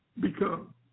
become